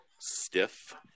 stiff